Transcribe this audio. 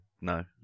no